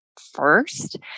first